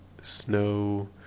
snow